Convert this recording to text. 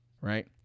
right